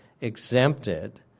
exempted